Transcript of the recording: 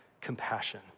compassion